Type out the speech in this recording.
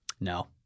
No